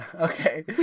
okay